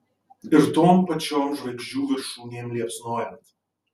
ir tom pačiom žvaigždžių viršūnėm liepsnojant